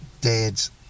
dad's